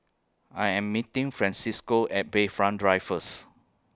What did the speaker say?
I Am meeting Francesco At Bayfront Drive First